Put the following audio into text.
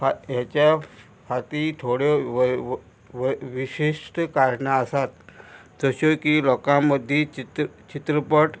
हेच्या खातीर थोड्यो वय वय वय विशिश्ट कारणां आसात जश्यो की लोकां मदीं चित्र चित्रपट